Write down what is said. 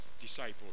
disciple